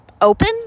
open